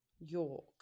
York